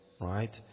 right